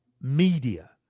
media